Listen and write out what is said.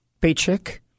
paycheck